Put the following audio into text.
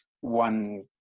one